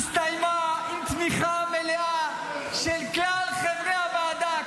הסתיימה עם תמיכה מלאה של כלל חברי הוועדה,